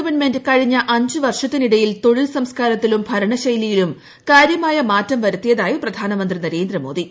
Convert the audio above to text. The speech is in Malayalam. ഗവൺമെന്റ് കഴിഞ്ഞ അഞ്ച് വർഷത്തിനിടയിൽ തൊഴിൽ സംസ്കാരത്തിലും ഭരണശൈലിയിലും കാര്യമായ മാറ്റം വരുത്തിയതായി പ്രധാനമന്ത്രി നരേന്ദ്രമോദി